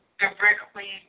directly